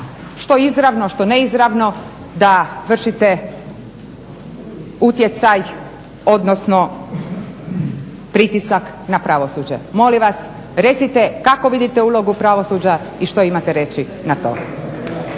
što izravno, što neizravno da vršite utjecaj odnosno pritisak na pravosuđe. Molim vas recite kako vidite ulogu pravosuđa i što imate reći na to.